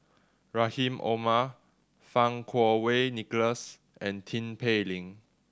Rahim Omar Fang Kuo Wei Nicholas and Tin Pei Ling